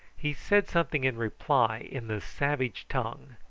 he said something in reply in the savage tongue,